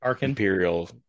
imperial